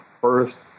first